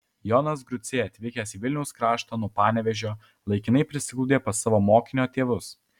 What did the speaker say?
jonas grucė atvykęs į vilniaus kraštą nuo panevėžio laikinai prisiglaudė pas savo mokinio tėvus